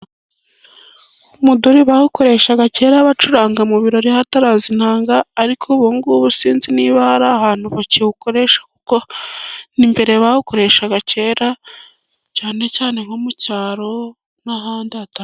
Umuduri bawukoreshaga kera bacuranga, mu birori hataraza inanga, ariko ubungubu sinzi niba hari ahantu bakiwukoresha, kuko n'imbere bawukoreshaga kera, cyane cyane nko mu cyaro n'ahandi hata.